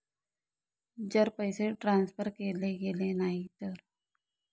जर पैसे ट्रान्सफर केले गेले नाही तर?